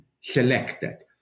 selected